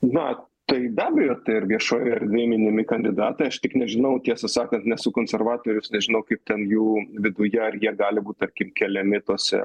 na tai be abejo tai ir viešoje erdvėje minimi kandidatai aš tik nežinau tiesą sakant nesu konservatorius nežinau kaip ten jų viduje ar jie gali būti tarkim keliami tose